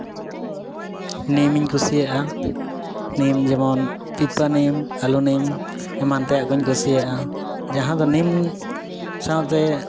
ᱱᱤᱢᱤᱧ ᱠᱩᱥᱤᱭᱟᱜᱼᱟ ᱱᱤᱢ ᱡᱮᱢᱚᱱ ᱯᱤᱯᱟᱹ ᱱᱤᱢ ᱟᱹᱞᱩ ᱱᱤᱢ ᱮᱢᱟᱱ ᱛᱮᱭᱟᱜ ᱠᱩᱧ ᱠᱩᱥᱤᱭᱟᱜᱼᱟ ᱡᱟᱦᱟ ᱫᱚ ᱱᱤᱢ ᱥᱟᱶᱛᱮ